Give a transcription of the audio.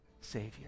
Savior